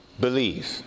believe